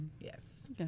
Yes